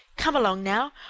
come along, now.